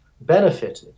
benefited